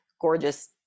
gorgeous